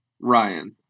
Ryan